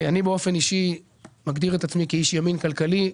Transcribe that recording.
אני מגדיר את עצמי כאיש ימין כלכלי,